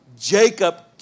Jacob